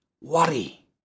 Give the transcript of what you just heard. Worry